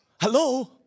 hello